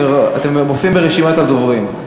אתם מופיעים ברשימת הדוברים.